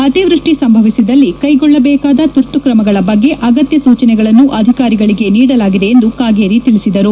ಅತಿವೃಷ್ಟಿ ಸಂಭವಿಸಿದಲ್ಲಿ ಕೈಗೊಳ್ಳಬೇಕಾದ ತುರ್ತು ಕ್ರಮಗಳ ಬಗ್ಗೆ ಅಗತ್ತ ಸೂಚನೆಗಳನ್ನು ಅಧಿಕಾರಿಗಳಿಗೆ ನೀಡಲಾಗಿದೆ ಎಂದು ಕಾಗೇರಿ ತಿಳಿಸಿದರು